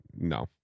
no